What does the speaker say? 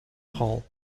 hall